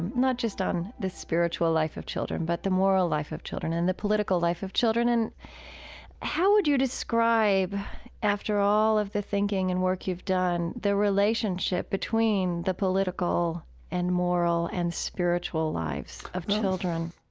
not just on the spiritual life of children but the moral life of children and the political life of children. how would you describe after all of the thinking and work you've done the relationship between the political and moral and spiritual lives of children?